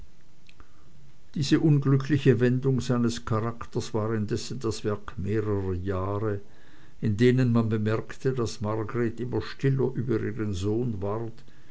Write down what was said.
diese unglückliche wendung seines charakters war indessen das werk mehrerer jahre in denen man bemerkte daß margreth immer stiller über ihren sohn ward